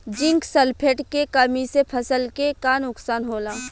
Zinc sulphate के कमी से फसल के का नुकसान होला?